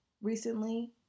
recently